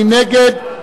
מי נגד?